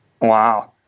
Wow